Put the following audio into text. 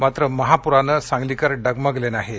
मात्र या महापूरानं सांगलीकर डगमगले नाहीत